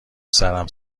سرم